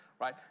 right